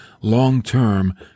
long-term